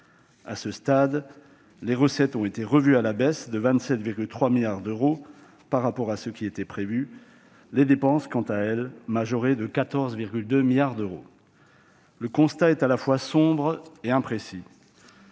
À ce stade, les recettes ont été amoindries de 27,3 milliards d'euros par rapport à ce qui était prévu, les dépenses étant, quant à elles, majorées de 14,2 milliards d'euros. Le constat est à la fois sombre et imprécis.